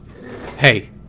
Hey